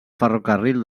ferrocarril